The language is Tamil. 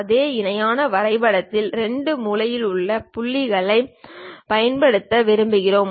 அதே இணையான வரைபடத்தில் 2 மூலையில் உள்ள புள்ளிகளைப் பயன்படுத்த விரும்புகிறோம்